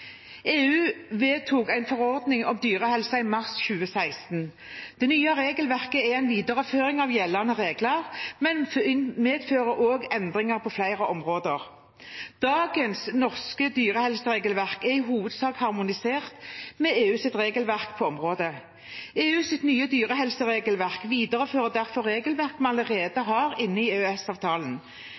EU vedtok en forordning om dyrehelse i mars 2016. Det nye regelverket er en videreføring av gjeldende regler, men medfører også endringer på flere områder. Dagens norske dyrehelseregelverk er i hovedsak harmonisert med EUs regelverk på området. EUs nye dyrehelseregelverk viderefører derfor regelverk vi allerede har inne i